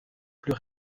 plus